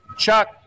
Chuck